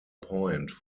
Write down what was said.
point